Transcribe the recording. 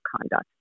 conduct